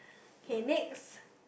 okay next